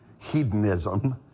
hedonism